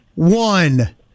One